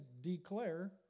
declare